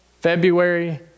February